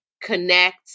connect